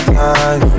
time